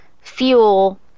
fuel